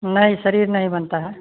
नहि शरीर नहीं बनता है